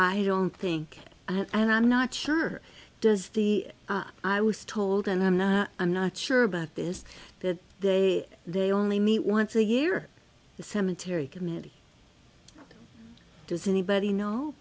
don't think and i'm not sure does the i was told and i'm not i'm not sure about this that they they only meet once a year the cemetery committee does anybody know